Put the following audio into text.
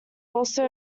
also